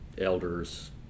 elders